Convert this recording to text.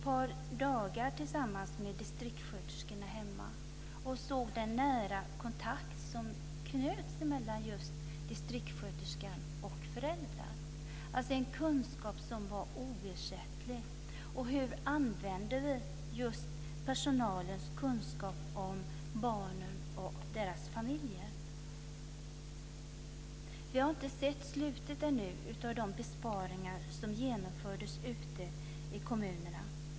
Jag gick tillsammans med distriktssköterskorna ett par dagar hemma och såg den nära kontakt som knöts mellan just distriktssköterskan och föräldrarna. Det fanns en kunskap som var oersättlig. Hur använder vi just personalens kunskap om barnen och deras familjer? Vi har ännu inte sett slutet av de besparingar som genomfördes ute i kommunerna.